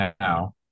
now